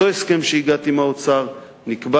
באותו הסכם שהגעתי אליו עם האוצר נקבע